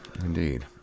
Indeed